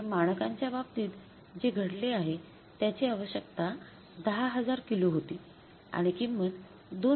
तर मानकांच्या बाबतीत जे घडले आहे त्याची आवश्यकता १०००० किलो होती आणि किंमत २